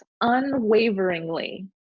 unwaveringly